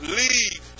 leave